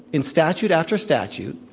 in statute after statute,